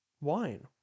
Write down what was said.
wine